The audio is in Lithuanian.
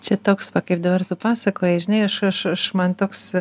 čia toks va kaip dabar tu pasakojai žinai aš aš man toks